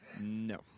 No